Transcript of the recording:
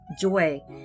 joy